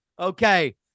Okay